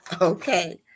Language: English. Okay